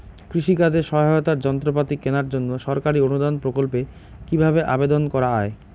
কৃষি কাজে সহায়তার যন্ত্রপাতি কেনার জন্য সরকারি অনুদান প্রকল্পে কীভাবে আবেদন করা য়ায়?